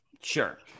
Sure